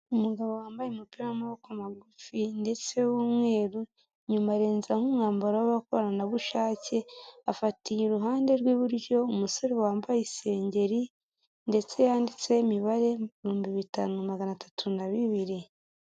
Umugabo wambaye umupira w'amaboko magufi ndetse w'umweru, inyuma arenzaho umwambaro w'abakoranabushake, afatiye iruhande rw'iburyo umusore wambaye isengeri ndetse yanditseho imibare ibihumbi bitanu magana atatu na bibiri.